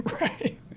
Right